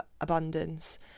abundance